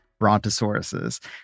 brontosauruses